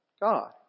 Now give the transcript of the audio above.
God